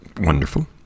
wonderful